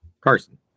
Carson